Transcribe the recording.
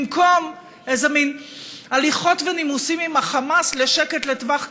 במקום איזה מין הליכות ונימוסים עם החמאס לשקט לטווח קצר,